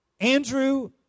Andrew